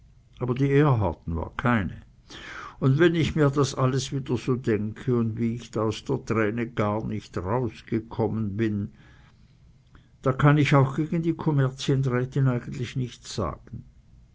aber die erhartten war keine un wenn ich mir das alles wieder so denke un wie ich da aus der träne gar nich rausgekommen bin da kann ich auch gegen die kommerzienrätin eigentlich nichts sagen